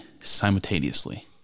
simultaneously